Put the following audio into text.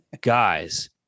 Guys